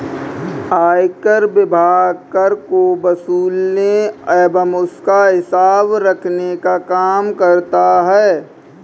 आयकर विभाग कर को वसूलने एवं उसका हिसाब रखने का काम करता है